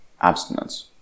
abstinence